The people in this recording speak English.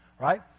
right